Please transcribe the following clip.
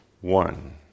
one